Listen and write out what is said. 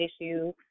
issue